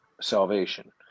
salvation